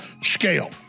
scale